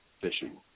fishing